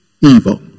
evil